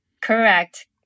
Correct